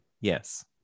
Yes